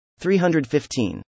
315